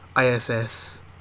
ISS